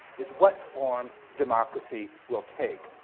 is what form democracy will take.